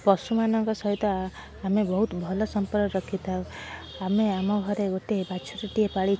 ପଶୁମାନଙ୍କ ସହିତ ଆମେ ବହୁତ ଭଲ ସମ୍ପର୍କ ରଖିଥାଉ ଆମେ ଆମ ଘରେ ଗୋଟେ ବାଛୁରୀଟିଏ ପାଳିଛୁ